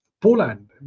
Poland